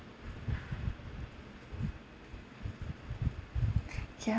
ya